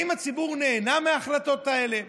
הציבור נהנה מההחלטות האלה?